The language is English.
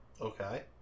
Okay